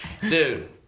Dude